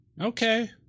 okay